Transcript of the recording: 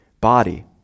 body